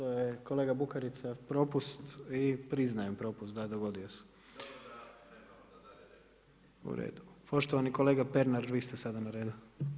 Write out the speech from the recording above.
Da, da, u redu, kolega Bukarica, propust i priznajem propust, da dogodio se. … [[Upadica se ne čuje.]] U redu, poštovani kolega Pernar, vi ste sada na redu.